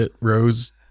rose